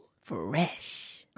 Fresh